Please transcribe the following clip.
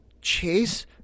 Chase